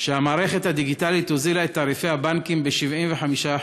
שהמערכת הדיגיטלית הוזילה את תעריפי הבנקים ב-75%,